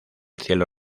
cielo